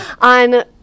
On